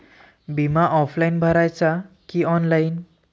बिमा ऑफलाईन भराचा का ऑनलाईन?